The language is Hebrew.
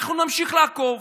אנחנו נמשיך לעקוב